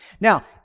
Now